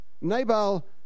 Nabal